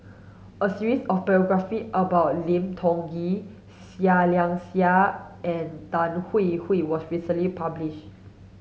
a series of biography about Lim Tiong Ghee Seah Liang Seah and Tan Hwee Hwee was recently publish